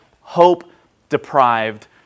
hope-deprived